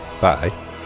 Bye